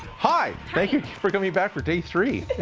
hi. thank you for coming back for day three.